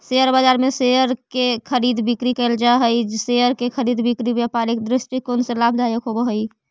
share बाजार में share की खरीद बिक्री कैल जा हइ शेयर के खरीद बिक्री व्यापारिक दृष्टिकोण से लाभदायक होवऽ हइ